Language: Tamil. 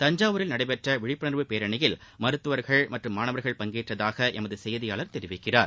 தஞ்சாவூரில் நடைபெற்ற விழிப்புணர்வு பேரனியில் மருத்துவர்கள் மற்றம் மாணவர்கள் பங்கேற்றதாக எமது செய்தியாளர் தெரிவித்தார்